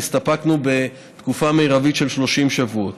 והסתפקנו בתקופה מרבית של 30 שבועות.